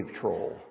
troll